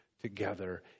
together